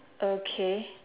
okay